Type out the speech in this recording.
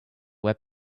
web